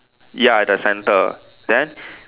ya at the centre then